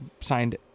signed